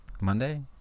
Monday